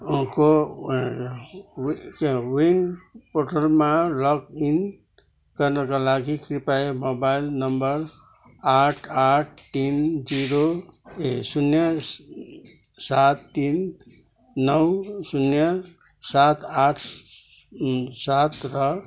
को विन पोर्टलमा लगइन गर्नका लागि कृपया मोबाइल नम्बर आठ आठ तिन जिरो ए शून्य सात तिन नौ शून्य सात आठ सात र